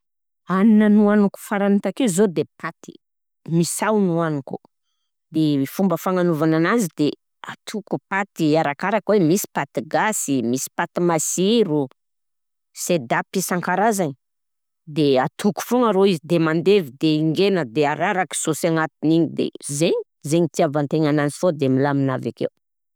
Hanina nohaniko farany takeo zao de paty, misao nohoaniko, de fomba fagnanaovagna ananzy de: atoko paty arakaraka hoe misy paty gasy, misy paty masiro, sedaap isan-karazagny, de atoko foana rô izy de mandevy, de engaina de araraky sôsy agnatiny igny de zaigny, zaigny itiavantegna ananzy foana de milamigna avy ake.